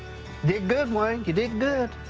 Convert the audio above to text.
did good, wayne. you did good.